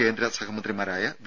കേന്ദ്രസഹമന്ത്രിമാരായ V